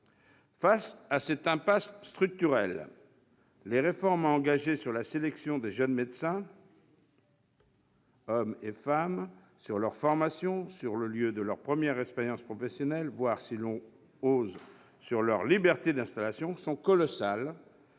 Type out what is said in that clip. Face à cette impasse structurelle, les réformes à engager sur la sélection des jeunes médecins, hommes et femmes, sur leur formation, sur le lieu de leurs premières expériences professionnelles, voire, si l'on ose, sur leur liberté d'installation, sont colossales